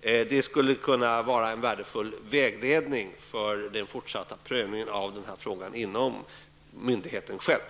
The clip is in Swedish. Det skulle kunna vara en värdefull vägledning för den fortsatta prövningen av den här frågan inom myndigheten själv.